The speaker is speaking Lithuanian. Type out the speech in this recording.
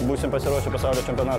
būsim pasiruošę pasaulio čempionatui